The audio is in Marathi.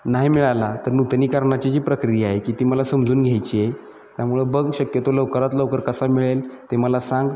नाही मिळाला तर नूतनीकरणाची जी प्रक्रिया आहे की ती मला समजून घ्यायची आहे त्यामुळे बघ शक्यतो लवकरात लवकर कसा मिळेल ते मला सांग